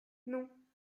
non